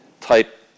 type